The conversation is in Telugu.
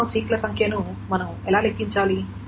మొత్తం సీక్ ల సంఖ్యను మనం ఎలా లెక్కించాలి